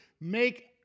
make